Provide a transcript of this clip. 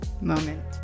moment